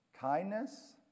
kindness